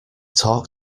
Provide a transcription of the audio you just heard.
talk